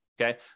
Okay